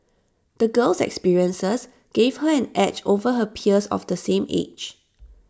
the girl's experiences gave her an edge over her peers of the same age